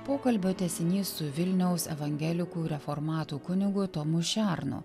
pokalbio tęsinys su vilniaus evangelikų reformatų kunigu tomu šernu